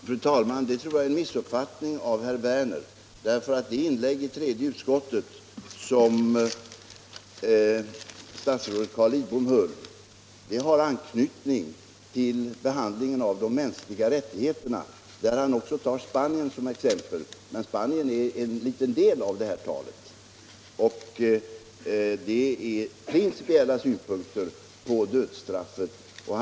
Fru talman! Det tror jag är en missuppfattning av herr Werner i Malmö. Det inlägg i tredje utskottet som statsrådet Carl Lidbom gjorde har anknytning till behandlingen av de mänskliga rättigheterna och där tar han också upp Spanien som exempel. Men Spanien berörs bara i en liten del av det här talet. Det är principiella synpunkter på dödsstraffet man för fram.